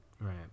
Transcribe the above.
Right